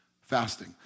Fasting